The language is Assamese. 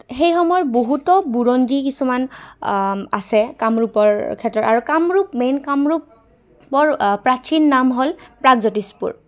সেই সময় বহুতো বুৰঞ্জী কিছুমান আছে কামৰূপৰ ক্ষেত্ৰত আৰু কামৰূপ মেইন কামৰূপৰ প্ৰাচীন নাম হ'ল প্ৰাগজ্যোতিষপুৰ